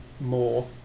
more